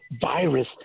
virus